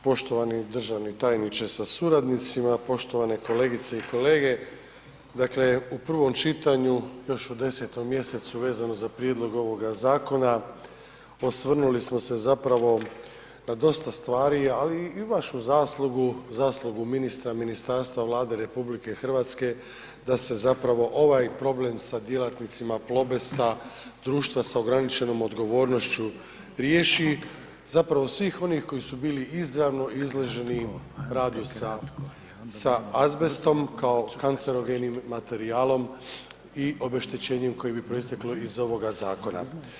Poštovani državni tajniče sa suradnicima, poštovane kolegice i kolege, dakle u provom čitanju još u 10. mjesecu vezano za prijedlog ovoga zakona osvrnuli smo se zapravo na dosta stvari ali i vašu zaslugu, zaslugu ministra, ministarstva, Vlade RH da se zapravo ovaj problem sa djelatnicima Plobesta društva s ograničenom odgovornošću riješi, zapravo svih onih koji su bili izravno izloženi radu sa azbestom kao kancerogenim materijalom i obeštećenjem koje bi proisteklo iz ovoga zakona.